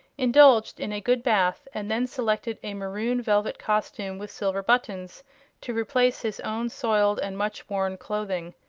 indulged in a good bath and then selected a maroon velvet costume with silver buttons to replace his own soiled and much worn clothing.